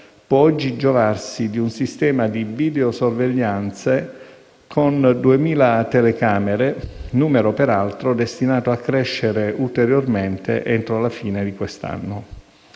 può oggi giovarsi di un sistema di videosorveglianza con 2.000 telecamere, numero peraltro destinato a crescere ulteriormente entro la fine di quest'anno.